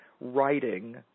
writing